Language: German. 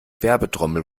werbetrommel